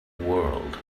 world